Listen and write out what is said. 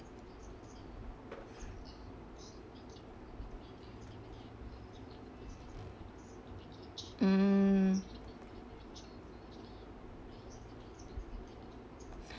mm